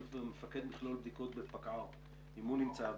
מפקד מכלול בדיקות בפקע"ר אם הוא נמצא.